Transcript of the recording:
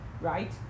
right